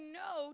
no